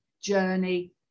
journey